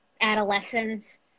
adolescence